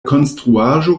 konstruaĵo